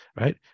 right